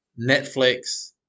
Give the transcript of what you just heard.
Netflix